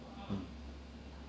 hmm